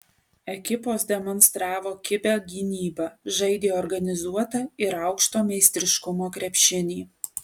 ekipos demonstravo kibią gynybą žaidė organizuotą ir aukšto meistriškumo krepšinį